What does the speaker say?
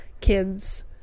kids